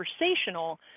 conversational